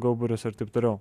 gauburius ir taip toliau